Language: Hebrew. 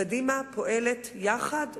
קדימה פועלת יחד באמונה,